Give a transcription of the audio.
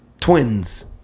Twins